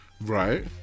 right